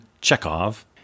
Chekhov